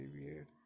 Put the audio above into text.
weird